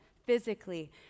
physically